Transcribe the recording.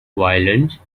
violins